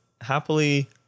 happily